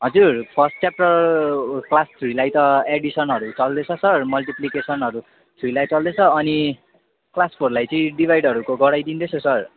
हजुर first chapter class थ्रीलाई त एडिसनहरू चल्दैछ सर मल्टिप्लिकेसनहरू थ्रीलाई चल्दैछ अनि क्लास फोरलाई चाहिँ डिभाइडहरूको गराइदिँदैछु सर